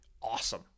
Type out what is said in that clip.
Awesome